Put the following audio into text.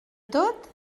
tot